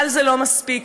אבל זה לא מספיק.